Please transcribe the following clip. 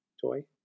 toy